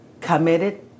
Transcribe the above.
committed